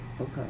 okay